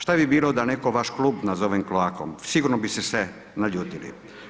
Što bi bilo da netko vaš klub nazove kloakom, sigurno biste se naljutili.